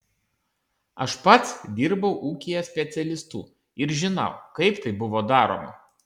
aš pats dirbau ūkyje specialistu ir žinau kaip tai buvo daroma